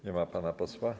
Nie ma pana posła?